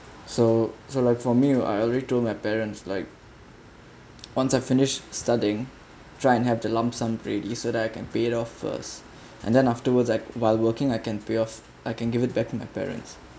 so so like for me right I already told my parents like once I finish studying try and have the lump sum ready so that I can pay it off first and then afterwards at while working I can pay off I can give it back to my parents